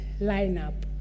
lineup